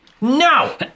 No